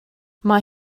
mae